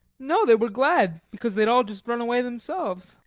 no, they were glad because they'd all just run away themselves.